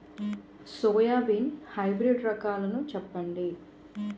Soybean hybrid రకాలను చెప్పండి?